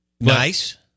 Nice